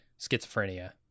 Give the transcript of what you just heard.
schizophrenia